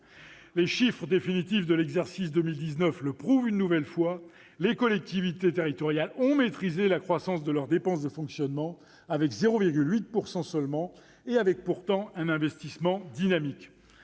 Les chiffres définitifs de l'exercice 2019 le prouvent une nouvelle fois : les collectivités territoriales ont maîtrisé la croissance de leurs dépenses de fonctionnement, à 0,8 % seulement, avec pourtant un investissement dynamique.